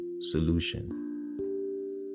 solution